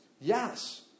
Yes